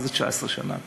מה זה 19 שנה?